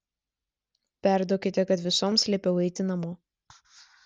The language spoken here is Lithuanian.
perduokite kad visoms liepiau eiti namo